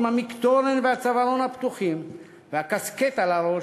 המקטורן והצווארון הפתוחים והקסקט על הראש,